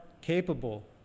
capable